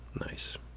Nice